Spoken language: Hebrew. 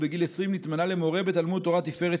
ובגיל 20 נתמנה למורה בתלמוד תורה תפארת